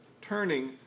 turning